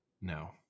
No